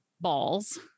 balls